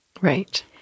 Right